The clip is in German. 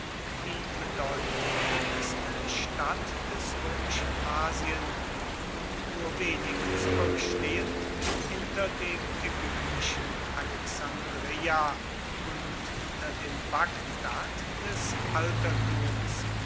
die bedeutendste stadt des römischen asien und nur wenig zurückstehend hinter dem ägyptischen alexandreia und hinter dem bagdad des altertums